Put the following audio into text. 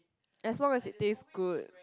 as long as in this good